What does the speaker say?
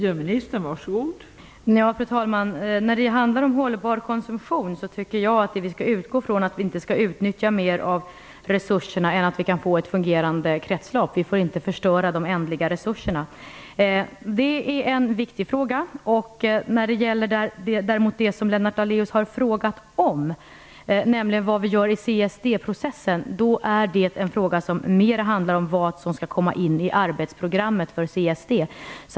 Fru talman! När det handlar om hållbar konsumtion tycker jag att vi skall utgå från att vi inte skall utnyttja mer resurser än att vi kan få ett fungerande kretslopp. Vi får inte förstöra de ändliga resurserna. Detta är en viktig fråga. När det däremot gäller det som Lennart Daléus här har frågat om, nämligen vad vi gör i CSD-processen, handlar det mer om vad som skall komma i arbetsprogrammet för CSD.